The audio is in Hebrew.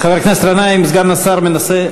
חבר הכנסת גנאים, סגן השר מנסה להשיב לך.